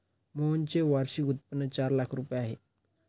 मोहनचे वार्षिक उत्पन्न चार लाख रुपये आहे